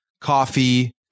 coffee